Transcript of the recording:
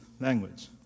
language